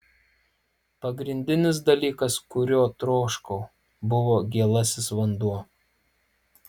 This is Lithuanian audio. pagrindinis dalykas kurio troškau buvo gėlasis vanduo